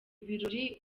birori